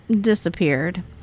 disappeared